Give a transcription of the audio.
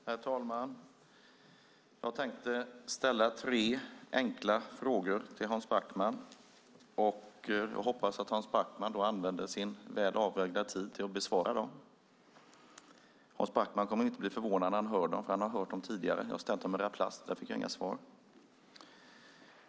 Herr talman! Jag tänker ställa tre enkla frågor till Hans Backman och hoppas att han använder sin väl avvägda tid till att besvara dem. Hans Backman kommer inte att bli förvånad när han hör dem, för han har hört dem tidigare. Jag har ställt dem till Maria Plass, men där fick jag inga svar.